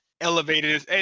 elevated